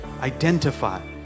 identify